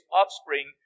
offspring